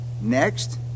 Next